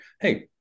Hey